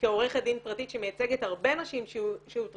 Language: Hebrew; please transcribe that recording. כעורכת דין פרטית שמייצגת הרבה נשים שהוטרדו,